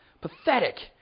Pathetic